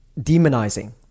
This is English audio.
demonizing